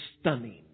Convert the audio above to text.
stunning